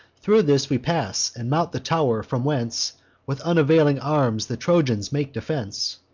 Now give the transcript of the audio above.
thro' this we pass, and mount the tow'r, from whence with unavailing arms the trojans make defense.